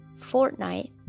Fortnite